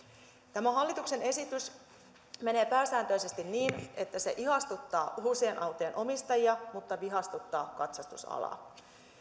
tämä hallituksen esitys menee pääsääntöisesti niin että se ihastuttaa uusien autojen omistajia mutta vihastuttaa katsastusalaa